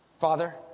Father